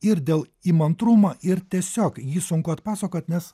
ir dėl įmantrumo ir tiesiog jį sunku atpasakot nes